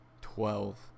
Twelve